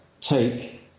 take